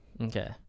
Okay